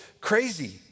crazy